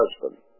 husband